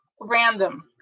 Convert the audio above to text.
random